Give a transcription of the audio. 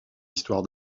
histoire